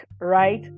right